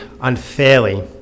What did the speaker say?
unfairly